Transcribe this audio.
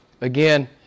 Again